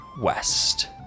west